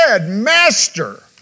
master